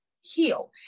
heal